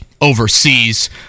overseas